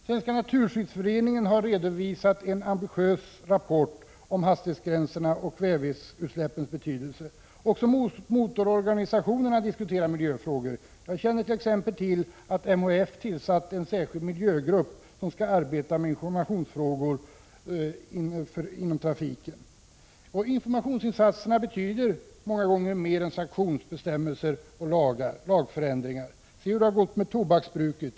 Svenska naturskyddsföreningen har redovisat en ambitiös rapport om hastighetsgränsernas och kväveutsläppens betydelse. Också motororganisationerna diskuterar miljöfrågor. Jag känner exempelvis till att MHF har tillsatt en särskild miljögrupp som skall arbeta med informationsfrågor inom trafiken. Informationsinsatser betyder ofta mer än sanktionsbestämmelser och lagar. Se hur det gått med tobaksbruket!